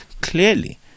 Clearly